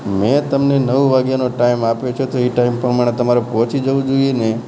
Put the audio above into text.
મેં તમને નવ વાગ્યાનો ટાઇમ આપ્યો હતો એ ટાઇમ પ્રમાણે તમારે પહોંચી જવું જોઇએ ને